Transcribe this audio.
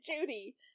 Judy